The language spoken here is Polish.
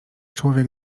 człowiek